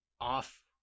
off